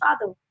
father